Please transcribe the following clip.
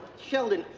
sheldon,